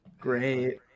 great